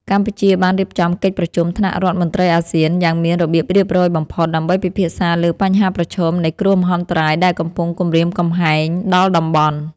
កម្ពុជាបានរៀបចំកិច្ចប្រជុំថ្នាក់រដ្ឋមន្ត្រីអាស៊ាន យ៉ាងមានរបៀបរៀបរយបំផុត ដើម្បីពិភាក្សាលើបញ្ហាប្រឈមនៃគ្រោះមហន្តរាយដែលកំពុងគំរាមកំហែងដល់តំបន់។